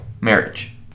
marriage